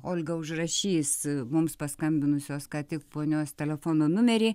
olga užrašys mums paskambinusios ką tik ponios telefono numerį